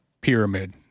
pyramid